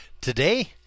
Today